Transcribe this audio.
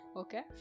okay